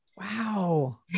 Wow